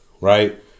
Right